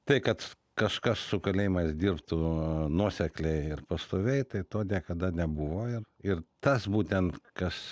tai kad kažkas su kalėjimais dirbtų nuosekliai ir pastoviai tai to niekada nebuvojo ir ir tas būtent kas